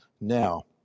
now